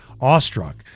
awestruck